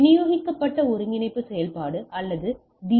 ஒரு விநியோகிக்கப்பட்ட ஒருங்கிணைப்பு செயல்பாடு அல்லது டி